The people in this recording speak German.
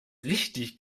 richtig